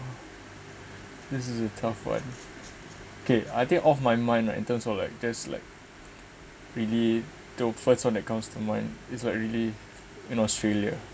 this is a tough one okay I think of my mind right in terms of like just like really the first one that comes to mind is like really in australia